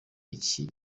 iki